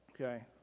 okay